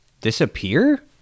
Disappear